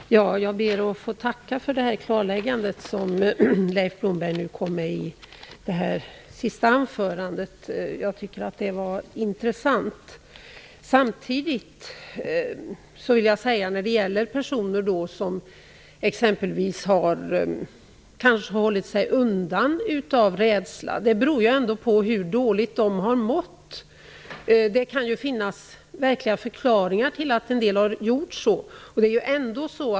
Fru talman! Jag ber att få tacka för det klarläggande som Leif Blomberg kom med i det senaste anförandet. Jag tycker att det var intressant. När det gäller personer som har hållit sig undan av rädsla vill jag säga att det beror på att de har mått dåligt. Det kan finnas verkliga förklaringar till att en del har gjort så.